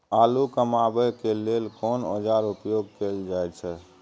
आलू कमाबै के लेल कोन औाजार उपयोग कैल जाय छै?